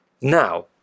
now